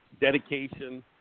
dedication